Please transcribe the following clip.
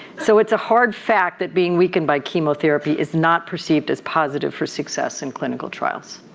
so it's a hard fact that being weakened by chemotherapy is not perceived as positive for success in clinical trials.